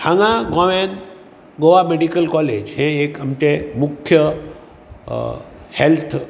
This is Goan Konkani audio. हांगा गोव्यांत गोवा मेडिकल काॅलेज हें एक आमचें मुख्य हेल्थ